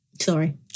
Sorry